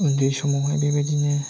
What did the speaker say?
उन्दै समावहाय बेबायदिनो